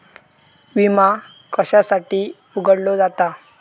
विमा कशासाठी उघडलो जाता?